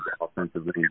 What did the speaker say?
offensively